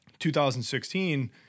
2016